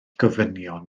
gofynion